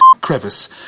crevice